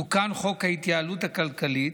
תוקן חוק ההתייעלות הכלכלית,